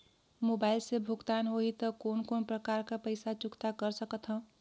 Mobile से भुगतान होहि त कोन कोन प्रकार कर पईसा चुकता कर सकथव?